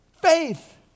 Faith